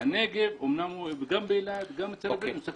הנגב הוא אמנם גם באילת וגם אצל הבדואים אבל הוא צריך